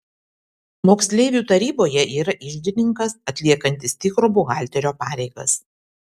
moksleivių taryboje yra iždininkas atliekantis tikro buhalterio pareigas